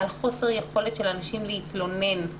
על חוסר יכולת של אנשים להתלונן.